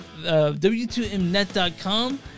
W2Mnet.com